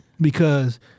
Because-